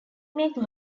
make